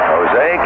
Jose